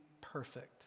perfect